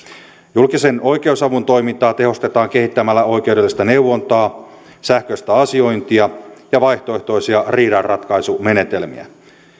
julkisen oikeusavun toimintaa tehostetaan kehittämällä oikeudellista neuvontaa sähköistä asiointia ja vaihtoehtoisia riidanratkaisumenetelmiä